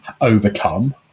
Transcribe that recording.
overcome